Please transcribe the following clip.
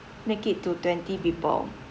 make it to twenty people